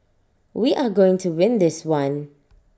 we are going to win this one